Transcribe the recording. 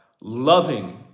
loving